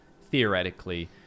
theoretically